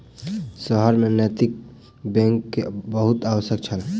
शहर में नैतिक बैंक के बहुत आवश्यकता छल